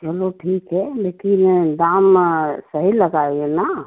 चलो ठीक है लेकिन दाम सही लगाइए ना